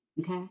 okay